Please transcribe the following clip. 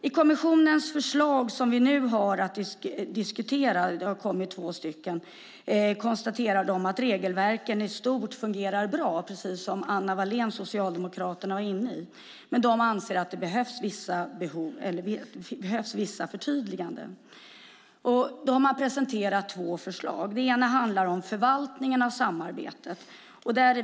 I kommissionens förslag som vi nu har att diskutera - det har kommit två förslag - konstaterar man att regelverken i stort fungerar bra, vilket Anna Wallén från Socialdemokraterna var inne på, men anser att det behövs vissa förtydliganden. Kommissionen har presenterat två förslag. Det ena handlar om förvaltningen av samarbetet.